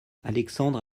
alexandre